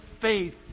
faith